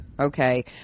Okay